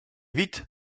vite